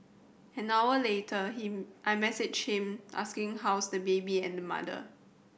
an hour later him I messaged him asking how's the baby and mother